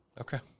Okay